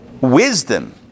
wisdom